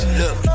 look